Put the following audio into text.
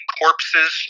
corpses